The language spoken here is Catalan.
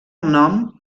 nom